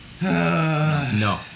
no